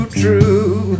true